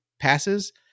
passes